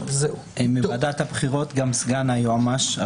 מוועדת הבחירות גם סגן היועמ"ש,